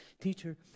Teacher